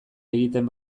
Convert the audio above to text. egiten